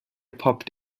poppt